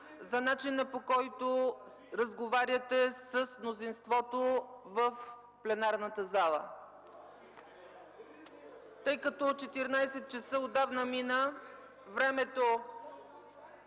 за начина, по който разговаряте с мнозинството в пленарната зала. Тъй като отдавна мина 14,00 ч.